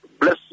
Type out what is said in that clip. bless